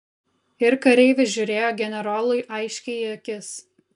ir kareivis žiūrėjo generolui aiškiai į akis